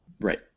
right